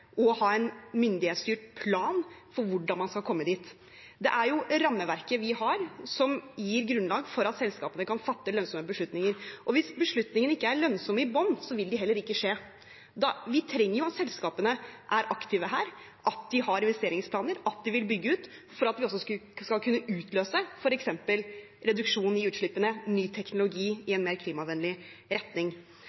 og å ha en myndighetsstyrt plan for hvordan man skal komme dit. Det er jo rammeverket vi har, som gir grunnlag for at selskapene kan fatte lønnsomme beslutninger, og hvis beslutningene ikke er lønnsomme i bunnen, vil de heller ikke gjennomføres. Vi trenger at selskapene er aktive, at de har investeringsplaner, at de vil bygge ut, for at vi skal kunne utløse f.eks. reduksjon i utslippene, ny teknologi i